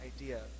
idea